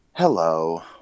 Hello